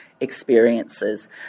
experiences